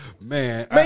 Man